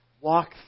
walk